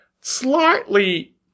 Slightly